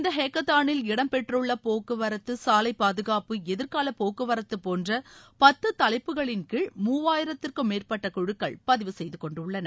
இந்த ஹேக்கத்தானில் இடம்பெற்றுள்ள போக்குவரத்து சாலை பாதுகாப்பு எதிர்கால போக்குவரத்து போன்ற பத்து தலைப்புகளின்கீழ் மூவாயிரத்திற்கும் மேற்பட்ட குழுக்கள் பதிவு செய்துகொண்டுள்ளன